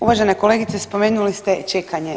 Uvažena kolegice spomenuli ste čekanje.